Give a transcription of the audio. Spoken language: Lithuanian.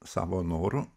savo noru